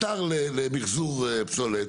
אתר למיחזור פסולת.